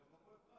היום לא כואב לך?